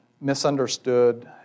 misunderstood